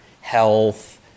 health